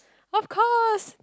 of course